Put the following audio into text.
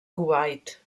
kuwait